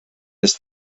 his